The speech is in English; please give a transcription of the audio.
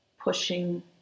pushing